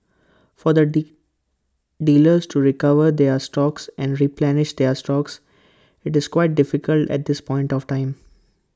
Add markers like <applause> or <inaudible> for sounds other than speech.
for the <unintelligible> dealers to recover their stocks and replenish their stocks IT is quite difficult at this point of time